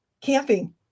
Camping